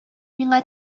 миңа